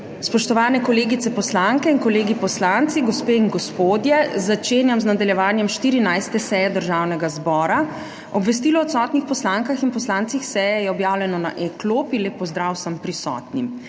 Spoštovani kolegice poslanke in kolegi poslanci, gospe in gospodje! Začenjam z nadaljevanjem 14. seje Državnega zbora. Obvestilo o odsotnih poslankah in poslancih seje je objavljeno na e-klopi. Lep pozdrav vsem prisotnim!